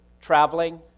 traveling